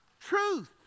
Truth